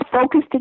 focused